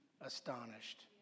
astonished